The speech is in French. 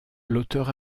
l’auteur